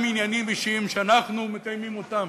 עניינים אישיים שאנחנו מקיימים אותם?